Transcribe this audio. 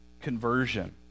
conversion